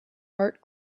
heart